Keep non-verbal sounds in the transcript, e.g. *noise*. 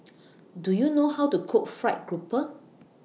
*noise* Do YOU know How to Cook Fried Grouper